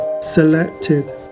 selected